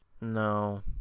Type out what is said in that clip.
No